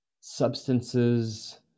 substances